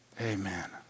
Amen